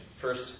First